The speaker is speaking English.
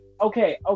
Okay